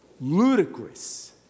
ludicrous